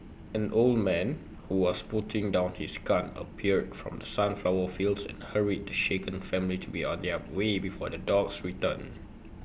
an old man who was putting down his gun appeared from the sunflower fields and hurried the shaken family to be on their way before the dogs return